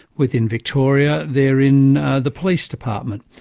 within victoria there in the police department.